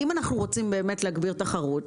אם אנחנו רוצים באמת להגביר תחרות,